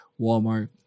Walmart